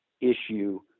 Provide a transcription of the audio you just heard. issue